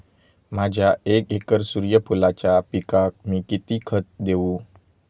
माझ्या एक एकर सूर्यफुलाच्या पिकाक मी किती खत देवू?